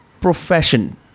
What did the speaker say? profession